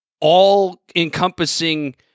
all-encompassing